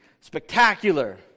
spectacular